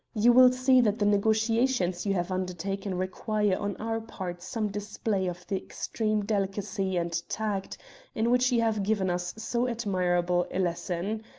you will see that the negotiations you have undertaken require on our part some display of the extreme delicacy and tact in which you have given us so admirable a lesson.